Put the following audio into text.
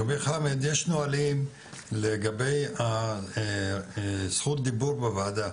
שפיק חאמד יש נהלים לגבי זכות הדיבור בוועדה,